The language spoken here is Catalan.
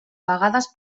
vegades